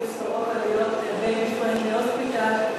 "סורוקה" להיות baby friendly hospital,